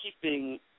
keeping